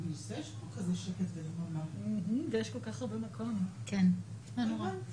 50%. הנתון הזה,